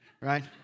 right